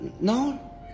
No